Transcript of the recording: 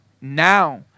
now